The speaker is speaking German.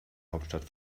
hauptstadt